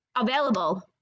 available